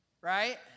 right